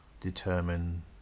determine